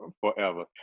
Forever